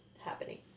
happening